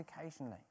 occasionally